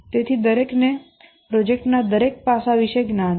તેથી દરેકને પ્રોજેક્ટના દરેક પાસા વિશે જ્ઞાન છે